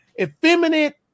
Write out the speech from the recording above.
effeminate